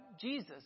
Jesus